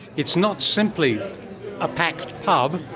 it's not simply a packed pub,